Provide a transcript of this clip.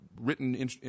written